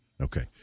Okay